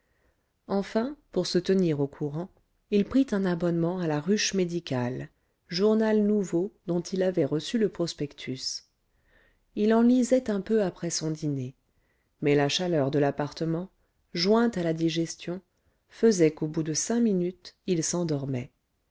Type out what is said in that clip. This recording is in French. enfin pour se tenir au courant il prit un abonnement à la ruche médicale journal nouveau dont il avait reçu le prospectus il en lisait un peu après son dîner mais la chaleur de l'appartement jointe à la digestion faisait qu'au bout de cinq minutes il s'endormait